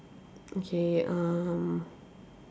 okay um